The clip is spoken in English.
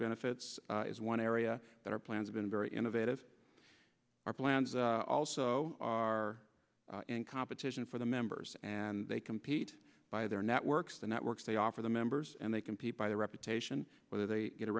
benefits is one area that our plans been very innovative our plans also are in competition for the members and they compete by their networks the networks they offer the members and they compete by their reputation whether they get a